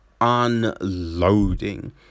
unloading